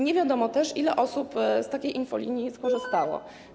Nie wiadomo też, ile osób z takiej infolinii skorzystało.